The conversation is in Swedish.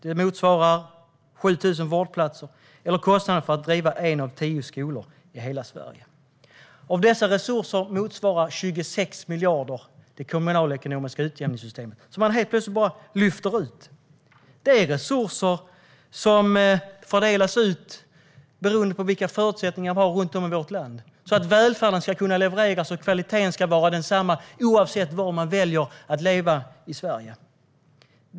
Det motsvarar 7 000 vårdplatser eller kostnaden för att driva en av tio skolor i hela Sverige. Av dessa resurser motsvarar 26 miljarder det kommunalekonomiska utjämningssystemet, som man helt plötsligt bara lyfter ut. Det är resurser som man fördelar beroende på de förutsättningar som finns runt om i vårt land, så att välfärden ska kunna levereras och kvaliteten ska vara densamma oavsett var i landet människor väljer att leva.